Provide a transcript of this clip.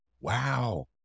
Wow